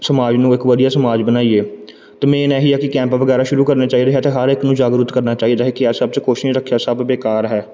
ਸਮਾਜ ਨੂੰ ਇੱਕ ਵਧੀਆ ਸਮਾਜ ਬਣਾਈਏ ਅਤੇ ਮੇਨ ਇਹੀ ਹੈ ਕਿ ਕੈਂਪ ਵਗੈਰਾ ਸ਼ੁਰੂ ਕਰਨੇ ਚਾਹੀਦੇ ਹੈ ਅਤੇ ਹਰ ਇੱਕ ਨੂੰ ਜਾਗਰੂਕ ਕਰਨਾ ਚਾਹੀਦਾ ਹੈ ਕਿ ਇਹ ਸਭ 'ਚ ਕੁਛ ਨਹੀਂ ਰੱਖਿਆ ਸਭ ਬੇਕਾਰ ਹੈ